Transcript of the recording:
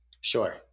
Sure